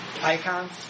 icons